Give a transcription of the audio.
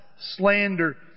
slander